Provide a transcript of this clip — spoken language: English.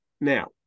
now